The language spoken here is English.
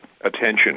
attention